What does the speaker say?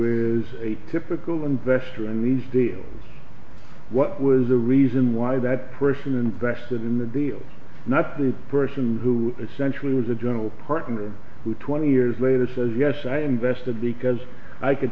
is a typical investor in these deals what was the reason why that person invested in the deal nothing a person who essentially was a general partner who twenty years later says yes i invested because i c